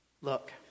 Look